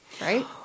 right